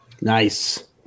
Nice